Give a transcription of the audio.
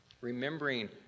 remembering